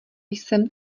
jsem